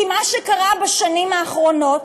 כי מה שקרה בשנים האחרונות,